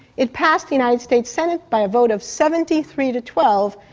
it passed the united states senate by a vote of seventy three to twelve,